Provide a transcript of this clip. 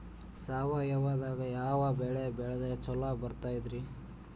ಸಾವಯವದಾಗಾ ಯಾವ ಬೆಳಿ ಬೆಳದ್ರ ಛಲೋ ಬರ್ತೈತ್ರಿ?